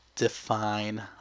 define